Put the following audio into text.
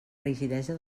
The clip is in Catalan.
rigidesa